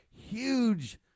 huge